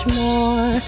more